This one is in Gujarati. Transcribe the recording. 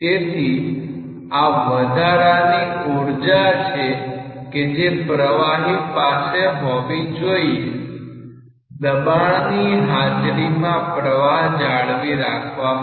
તેથી આ વધારાની ઊર્જા છે કે જે પ્રવાહી પાસે હોવી જોઈએ દબાણ ની હાજરીમાં પ્રવાહ જાળવી રાખવા માટે